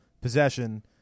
Possession